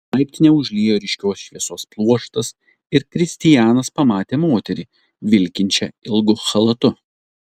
laiptinę užliejo ryškios šviesos pluoštas ir kristianas pamatė moterį vilkinčią ilgu chalatu